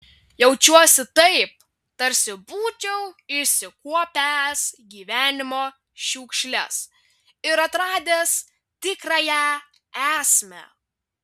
jaučiuosi taip tarsi būčiau išsikuopęs gyvenimo šiukšles ir atradęs tikrąją esmę